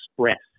Express